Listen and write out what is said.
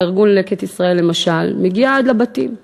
ארגון "לקט ישראל" למשל מגיע עד לבתים.